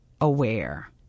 aware